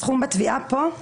הסכום בתביעה, פה?